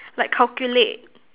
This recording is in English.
like calculate